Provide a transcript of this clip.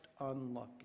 unlucky